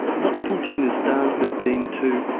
what putin has done has been to,